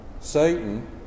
Satan